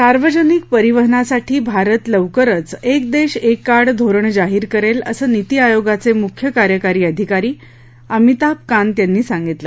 सार्वजनिक परिवहनासाठी भारत लवकरच एक देश एक कार्ड धोरण जाहीर करेल असं निति आयोगाचे मुख्य कार्यकारी अधिकारी अमिताभ कांत यांनी सांगितलं